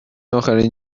آخرین